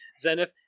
Zenith